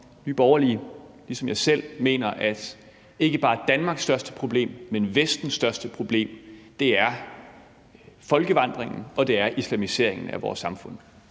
jeg selv mener, at ikke bare Danmarks største problem, men Vestens største problem er folkevandringen og islamiseringen af vores samfund.